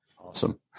Awesome